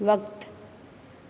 वक़्तु